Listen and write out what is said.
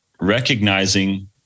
recognizing